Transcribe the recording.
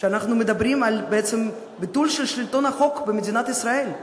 כשאנחנו מדברים בעצם על ביטול של שלטון החוק במדינת ישראל,